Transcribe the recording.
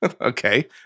Okay